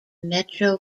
metro